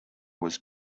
was